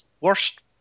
worst